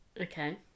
Okay